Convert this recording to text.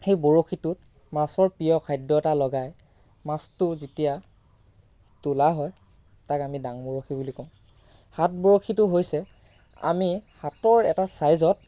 সেই বৰশীটোত মাছৰ প্ৰিয় খাদ্য এটা লগাই মাছটো যেতিয়া তোলা হয় তাক আমি দাং বৰশী বুলি কওঁ হাত বৰশীটো হৈছে আমি হাতৰ এটা চাইজত